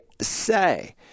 say